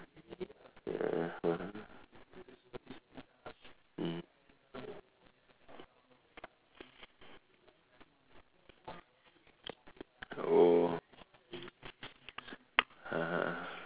(uh huh) mm oh (uh huh)